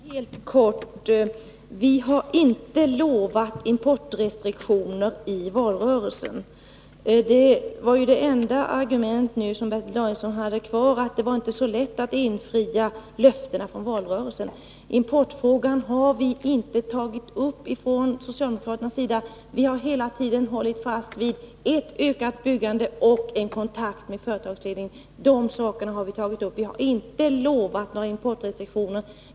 Fru talman! Helt kort. Vi har inte utlovat några importrestriktioner i valrörelsen. Det enda argument som Bertil Danielsson nu hade kvar var ju att det inte är så lätt att infria löftena från valrörelsen. Men importfrågan har vi från socialdemokraternas sida inte tagit upp. Vi har hela tiden hållit fast vid kravet på ett ökat byggande och kontakt med företagsledningen. De frågorna har vi således tagit upp. Men vi har inte utlovat några importrestriktioner.